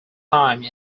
time